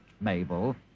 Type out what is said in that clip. Mabel